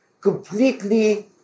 completely